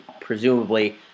presumably